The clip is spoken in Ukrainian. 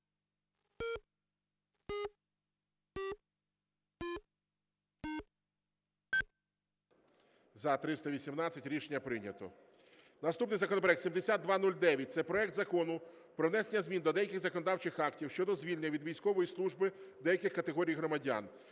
За-318 Рішення прийнято. Наступний законопроект 7209. Це проект Закону про внесення змін до деяких законодавчих актів щодо звільнення від військової служби деяких категорій громадян.